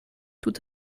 tout